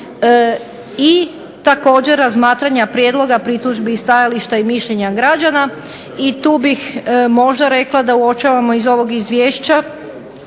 I također razmatranja prijedloga pritužbi i stajališta i mišljenja građana i tu bih možda rekla da uočavamo iz ovog izvješća